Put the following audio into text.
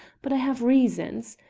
but i have reasons.